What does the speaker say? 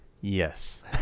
Yes